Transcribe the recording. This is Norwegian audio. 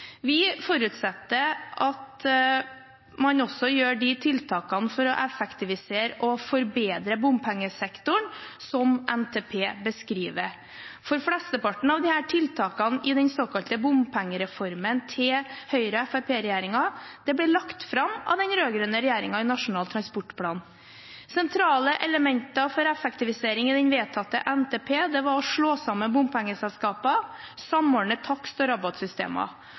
Vi forutsetter at man også gjør de tiltakene for å effektivisere og forbedre bompengesektoren som NTP beskriver – for flesteparten av tiltakene i den såkalte bompengereformen til Høyre–Fremskrittsparti-regjeringen ble lagt fram av den rød-grønne regjeringen i Nasjonal transportplan. Sentrale elementer for effektivisering i den vedtatte NTP var å slå sammen bompengeselskaper, og samordne takst- og